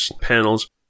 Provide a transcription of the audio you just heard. panels